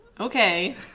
okay